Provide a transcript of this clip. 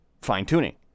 fine-tuning